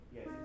Yes